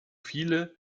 viele